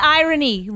irony